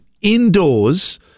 indoors